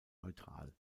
neutral